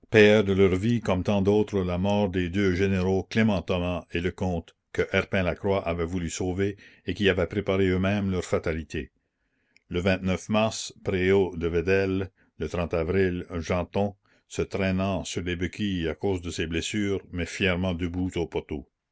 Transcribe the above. de leur vie comme tant d'autres la mort des deux généraux clément thomas et lecomte que herpin lacroix avait voulu sauver et qui avaient préparé eux-mêmes leur fatalité le avril genton se traînant sur des béquilles à cause de ses blessures mais fièrement debout au poteau